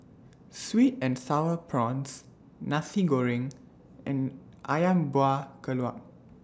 Sweet and Sour Prawns Nasi Goreng and Ayam Buah Keluak